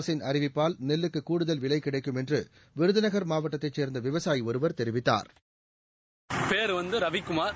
அரசின் அறிவிப்பால் நெல்லுக்கு கூடுதல் விலை கிடைக்கும் என்று விருதுநகர் மாவட்டத்தை சேர்ந்த விவசாயி ஒருவர் தெரிவித்தார்